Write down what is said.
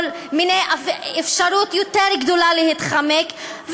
ואפשרות יותר גדולה להתחמק,